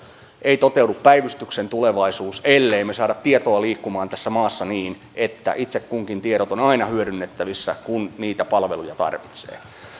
ei toteudu päivystyksen tulevaisuus ellemme me saa tietoa liikkumaan tässä maassa niin että itse kunkin tiedot ovat aina hyödynnettävissä kun niitä palveluja tarvitsee